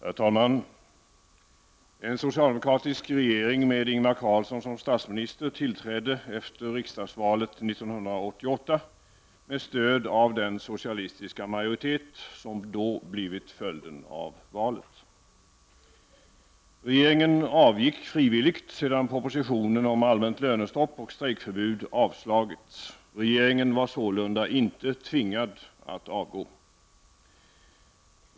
Herr talman! En socialdemokratisk regering med Ingvar Carlsson som statsminister tillträdde efter riksdagsvalet 1988 med stöd av den socialistiska majoritet som då blivit följden av valet. Regeringen avgick frivilligt sedan propositionen om allmänt lönestopp och strejkförbud avslagits. Regeringen var sålunda inte tvingad att avgå.